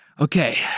okay